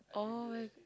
oh I